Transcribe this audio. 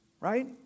right